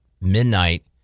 midnight